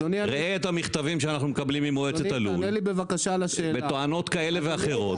ראה את המכתבים שאנחנו מקבלים ממועצת הלול בתואנות כאלה ואחרות.